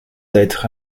d’être